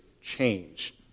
change